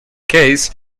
case